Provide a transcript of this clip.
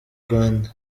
rwanda